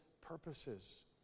purposes